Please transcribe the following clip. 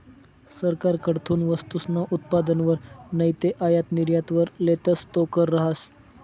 सरकारकडथून वस्तूसना उत्पादनवर नैते आयात निर्यातवर लेतस तो कर रहास